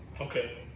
Okay